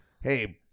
Hey